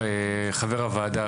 חבר הוועדה,